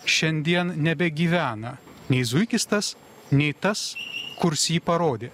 šiandien nebegyvena nei zuikis tas nei tas kurs jį parodė